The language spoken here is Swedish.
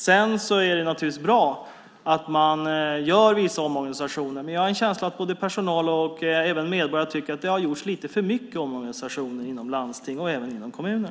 Sedan är det naturligtvis bra att man gör vissa omorganisationer, men jag har en känsla av att både personal och medborgare tycker att det har gjorts lite för mycket omorganisationer i landsting och kommuner.